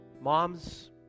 Moms